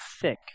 thick